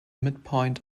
midpoint